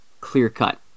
clear-cut